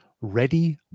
Ready